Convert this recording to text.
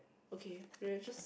okay we are just